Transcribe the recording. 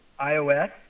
iOS